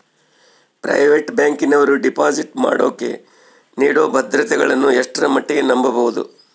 Private ಬ್ಯಾಂಕಿನವರು deposit ಮಾಡೋಕೆ ನೇಡೋ ಭದ್ರತೆಗಳನ್ನು ಎಷ್ಟರ ಮಟ್ಟಿಗೆ ನಂಬಬಹುದು?